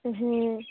হুঁ